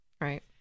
Right